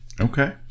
Okay